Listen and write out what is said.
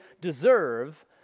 deserve